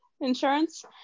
insurance